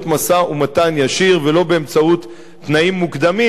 משא-ומתן ישיר ולא באמצעות תנאים מוקדמים,